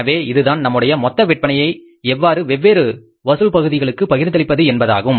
எனவே இதுதான் நம்முடைய மொத்த விற்பனையை எவ்வாறு வெவ்வேறு வசூல் பகுதிகளுக்கு பகிர்ந்தளிப்பது என்பதாகும்